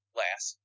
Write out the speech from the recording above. last